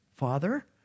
Father